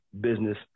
business